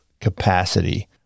capacity